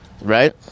right